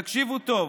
תקשיבו טוב: